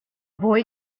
boy